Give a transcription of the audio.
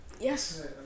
Yes